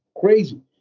crazy